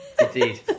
Indeed